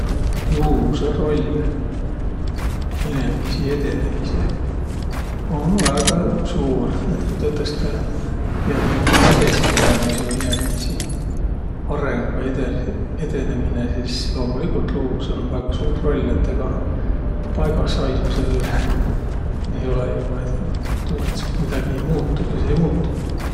Luuvusõ roll inemiisi edenemiseh? Om väega suur. Et ku tõtõstõ edesi piät minemä seo inemiisi arõng vai ede- edenemine, sis loomuligult luuvusõl um väega suur roll, et egaq paigahsaismisõl ei olõq jo, vaid, tuu, et sul midägi ei muutuq, sis ei muutugiq.